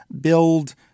build